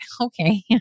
okay